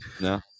no